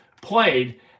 played